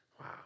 Wow